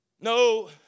No